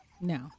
No